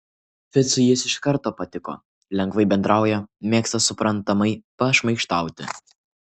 ficui jis iš karto patiko lengvai bendrauja mėgsta suprantamai pašmaikštauti